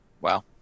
Wow